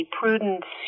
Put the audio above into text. prudence